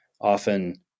often